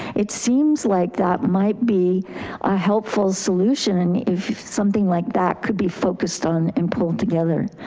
it seems like that might be a helpful solution. and if something like that could be focused on and pulled together.